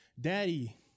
Daddy